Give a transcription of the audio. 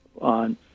on